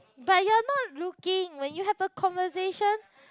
but you're not looking when you have a conversation